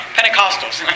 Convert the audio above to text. Pentecostals